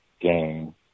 game